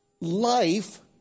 life